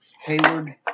Hayward